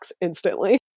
instantly